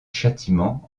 châtiment